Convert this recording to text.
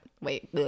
wait